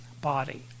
body